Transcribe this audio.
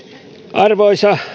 arvoisa